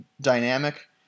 dynamic